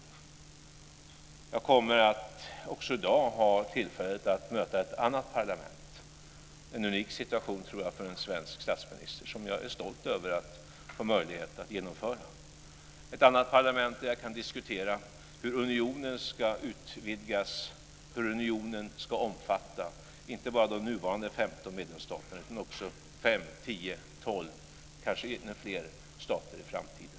I dag kommer jag också att ha tillfälle att möta ett annat parlament. Jag tror att det är en unik situation för en svensk statsminister. Jag är stolt över att få möjlighet att genomföra detta. Jag kommer att möta ett annat parlament där jag kan diskutera hur unionen ska utvidgas och omfatta inte bara de nuvarande 15 medlemsstaterna utan också 5, 10, 12 eller kanske ännu fler stater i framtiden.